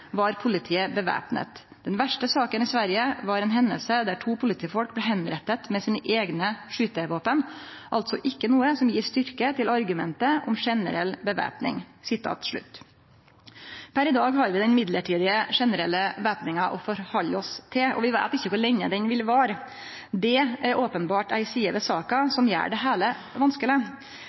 var politiet bevæpnet. Den verste saken i Sverige var en hendelse der to politifolk ble henrettet med sine egne skytevåpen – altså ikke noe som gir styrke til argumentet om generell bevæpning.» Per i dag har vi den midlertidige generelle væpninga å halde oss til, og vi veit ikkje kor lenge denne vil vare. Det er openbart ei side ved